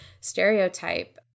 stereotype